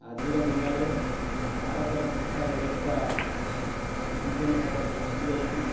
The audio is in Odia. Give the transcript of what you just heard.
ଆଜିର ଦିନରେ ଭାରତର ଶିକ୍ଷା ବ୍ୟବସ୍ଥା ସମ୍ପୂର୍ଣ୍ଣ ଭାବରେ ଭୁଷୁଡ଼ି ଯାଇଛି